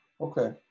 Okay